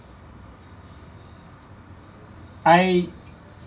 I